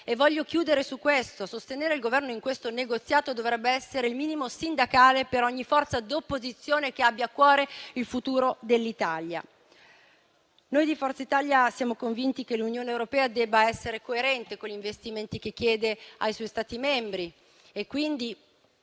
E voglio chiudere su questo: sostenere il Governo in questo negoziato dovrebbe essere il minimo sindacale per ogni forza di opposizione che abbia a cuore il futuro dell'Italia. Noi di Forza Italia siamo convinti che l'Unione europea debba essere coerente con gli investimenti che chiede ai suoi Stati membri. Non